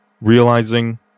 realizing